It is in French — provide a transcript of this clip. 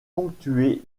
ponctué